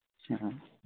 ᱦᱮᱸ